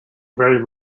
very